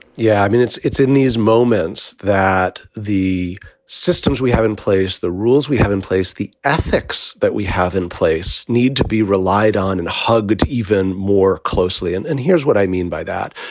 yeah, i mean, it's it's in these moments that the systems we have in place, the rules we have in place, the ethics that we have in place need to be relied on and hugged even more closely. and and here's what i mean by that.